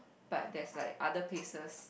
but there's like other places